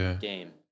game